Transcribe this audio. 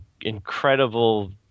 incredible